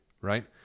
Right